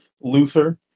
Luther